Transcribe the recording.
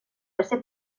ese